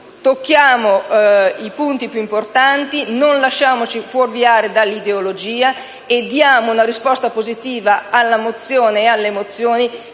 allora, i punti più importanti, non lasciamoci fuorviare dall'ideologia e diamo una risposta positiva alle mozioni